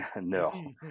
no